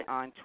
on